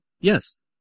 yes